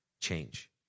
change